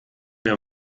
wir